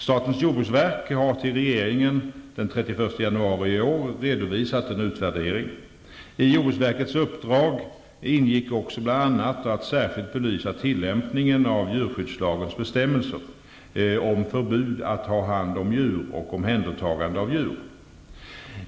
Statens jordbruksverk har till regeringen den 31 januari i år redovisat en utvärdering. I jordbruksverkets uppdrag ingick också bl.a. att särskilt belysa tillämpningen av djurskyddslagens bestämmelser om förbud att ha hand om djur och omhändertagande av djur.